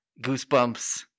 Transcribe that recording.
Goosebumps